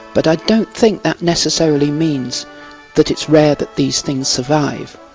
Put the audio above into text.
but i don't think that necessarily means that it's rare that these things survive.